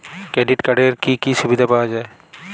Credit কার্ডের কি কি সুবিধা পাওয়া যায়?